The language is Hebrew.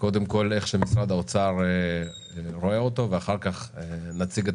איך משרד האוצר רואה אותו ואחר כך נציג את